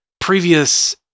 previous